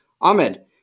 Ahmed